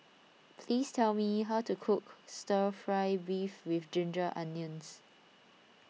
please tell me how to cook Stir Fry Beef with Ginger Onions